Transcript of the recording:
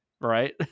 right